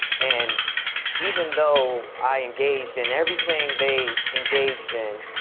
and even though i engaged in everything they engaged in,